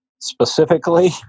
specifically